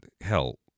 hell